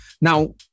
now